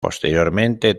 posteriormente